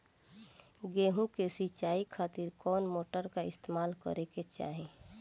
गेहूं के सिंचाई खातिर कौन मोटर का इस्तेमाल करे के चाहीं?